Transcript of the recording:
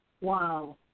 Wow